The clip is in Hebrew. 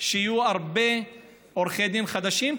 שיהיו הרבה עורכי דין חדשים,